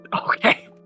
Okay